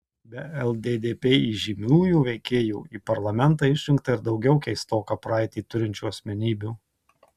be lddp įžymiųjų veikėjų į parlamentą išrinkta ir daugiau keistoką praeitį turinčių asmenybių